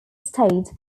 states